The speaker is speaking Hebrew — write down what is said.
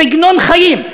סגנון חיים?